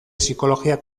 psikologia